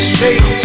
Straight